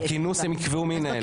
אז בכינוס הם יקבעו מי ינהל, אוקי.